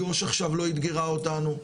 יו"ש עכשיו לא אתגרה אותנו.